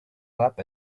lab